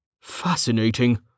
Fascinating